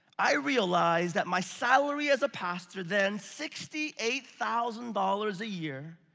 i realized that my salary as a pastor then, sixty eight thousand dollars a year,